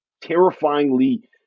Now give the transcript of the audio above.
terrifyingly